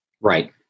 Right